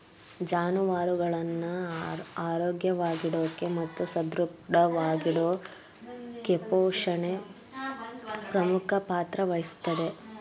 ಜಾನುವಾರುಗಳನ್ನ ಆರೋಗ್ಯವಾಗಿಡೋಕೆ ಮತ್ತು ಸದೃಢವಾಗಿಡೋಕೆಪೋಷಣೆ ಪ್ರಮುಖ ಪಾತ್ರ ವಹಿಸ್ತದೆ